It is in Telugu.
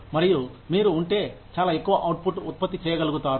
మరియు మీరు ఉంటే చాలా ఎక్కువ అవుట్ ఫుట్ ఉత్పత్తి చేయగలుగుతారు